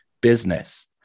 business